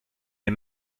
les